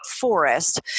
forest